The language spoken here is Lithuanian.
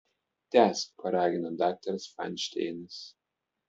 tęsk paragino daktaras fainšteinas